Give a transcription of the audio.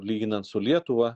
lyginant su lietuva